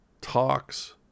talks